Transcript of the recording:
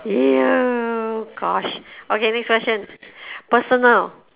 ya oh gosh okay next question personal